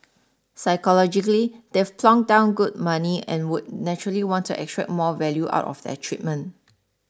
psychologically they've plonked down good money and would naturally want to extract more value out of their treatment